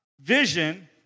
vision